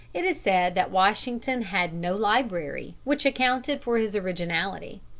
it is said that washington had no library, which accounted for his originality.